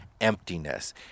emptiness